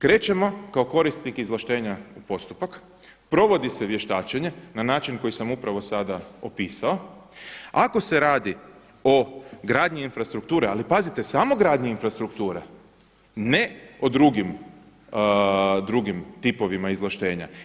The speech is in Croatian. Krećemo kao korisnik izvlaštenja u postupak, provodi se vještačenje na način koji sam upravo sada opisao ako se radi o gradnji infrastrukture, ali pazite samo gradnji infrastrukture, ne o drugim tipovima izvlaštenja.